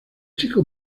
chico